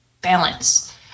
balance